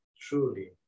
truly